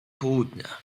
południa